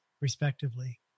respectively